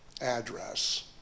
address